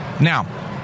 Now